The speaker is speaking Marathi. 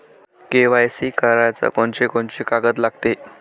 के.वाय.सी कराच कोनचे कोनचे कागद लागते?